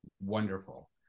wonderful